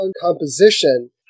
composition